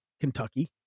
Kentucky